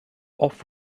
off